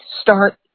start